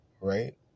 right